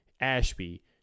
Ashby